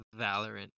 Valorant